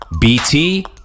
BT